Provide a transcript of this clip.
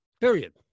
Period